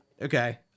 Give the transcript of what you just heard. Okay